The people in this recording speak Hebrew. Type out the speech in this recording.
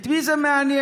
את מי זה מעניין.